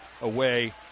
away